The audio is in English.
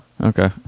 Okay